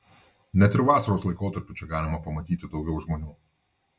net ir vasaros laikotarpiu čia galima pamatyti daugiau žmonių